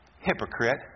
Hypocrite